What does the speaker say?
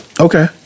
Okay